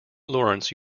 lawrence